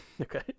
okay